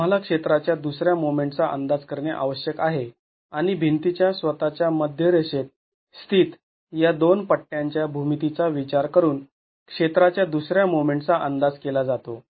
आम्हाला क्षेत्राच्या दुसऱ्या मोमेंटचा अंदाज करणे आवश्यक आहे आणि भिंती च्या स्वतःच्या मध्य रेषेत स्थित या दोन पट्ट्यांच्या भूमितीचा विचार करून क्षेत्राच्या दुसऱ्या मोमेंटचा अंदाज केला जातो